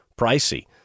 pricey